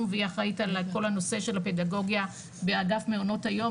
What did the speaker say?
והיא אחראית על כל הנושא של הפדגוגיה באגף מעונות היום,